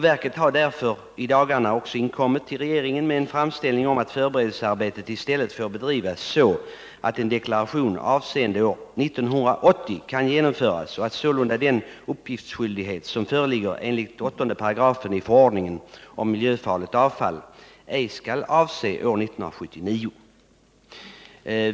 Verket har därför i dagarna inkommit till regeringen med en framställning om att föreberedelsearbetet i stället får bedrivas så, att en deklaration avseende år 1980 kan genomföras och att den uppgiftsskyldighet som föreligger enligt 8 § förordningen om miljöfarligt avfall sålunda ej skall avse år 1979.